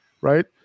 right